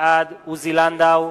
בעד עוזי לנדאו,